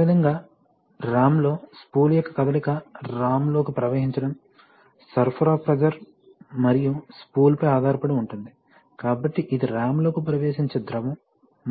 అదేవిధంగా రామ్లో స్పూల్ యొక్క కదలిక రామ్ లోకి ప్రవహించడం సరఫరా ప్రెషర్ మరియు స్పూల్ పై ఆధారపడి ఉంటుంది కాబట్టి ఇది రామ్ లోకి ప్రవేశించే ద్రవం